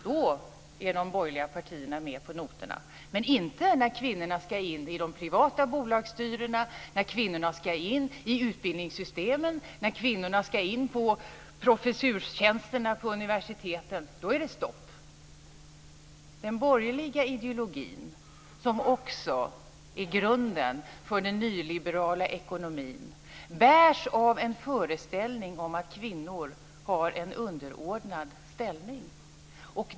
Då är de borgerliga partierna med på noterna, men inte när kvinnorna ska in i de privata bolagsstyrelserna, när kvinnorna ska in i utbildningssystemen, in på professorstjänsterna på universiteten. Då är stopp. Den borgerliga ideologin, som också är grunden för den nyliberala ekonomin, bärs av en föreställning om att kvinnor ska ha en underordnad ställning.